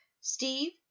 Steve